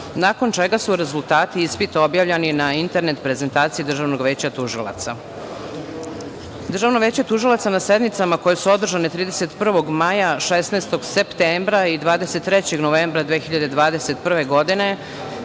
nakon čega su rezultati ispita objavljeni na internet prezentaciji Državnog veća tužilaca. Državno veće tužilaca na sednicama koje su održane 31. maja, 16. septembra i 23. novembra 2021. godine,